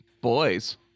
Boys